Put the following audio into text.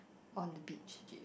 on the beach